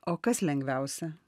o kas lengviausia